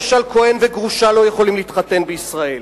למשל כשכוהן וגרושה לא יכולים להתחתן בישראל,